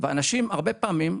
ואנשים הרבה פעמים,